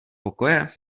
pokoje